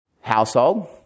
household